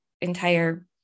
entire